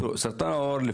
תראו סרטן העור זה